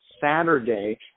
Saturday